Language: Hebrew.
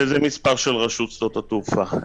זה מספר שקבעה רשות שדות התעופה,